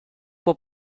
può